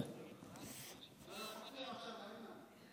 יש לך ארבע דקות.